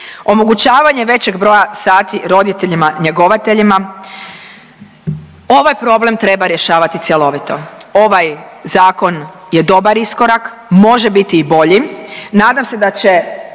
Omogućavanje većeg broja sati roditeljima njegovateljima ovaj problem treba rješavati cjelovito. Ovaj zakon je dobar iskorak, može biti i bolji.